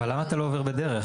למה אתה לא עובר בדרך?